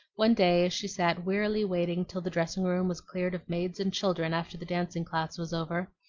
one day as she sat wearily waiting till the dressing-room was cleared of maids and children after the dancing-class was over,